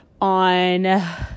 on